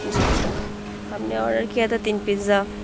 جی ہم نے اوڈر کیا تھا تین پیزا